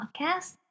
Podcast